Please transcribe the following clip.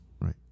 Right